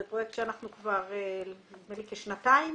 זה פרויקט שאנחנו מפעילים כשנתיים